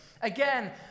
again